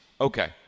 Okay